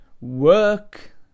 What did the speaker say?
work